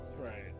Right